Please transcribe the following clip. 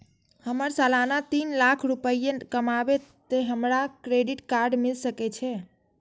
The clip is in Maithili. हमर सालाना तीन लाख रुपए कमाबे ते हमरा क्रेडिट कार्ड मिल सके छे?